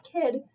kid